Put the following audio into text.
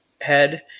head –